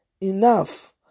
enough